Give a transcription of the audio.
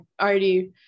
already